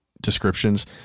descriptions